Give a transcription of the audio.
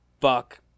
fuck